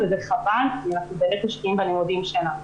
וזה חבל כי אנחנו באמת משקיעים בלימודים שלנו.